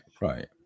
right